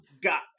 Got